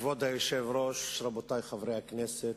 כבוד היושב-ראש, רבותי חברי הכנסת,